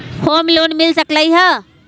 Home loan मिल सकलइ ह?